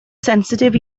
sensitif